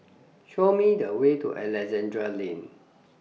Show Me The Way to Alexandra Lane